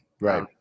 right